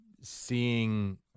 Seeing